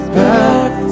back